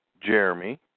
Jeremy